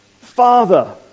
father